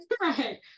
right